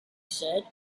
said